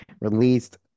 released